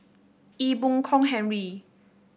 Ee Boon Kong Henry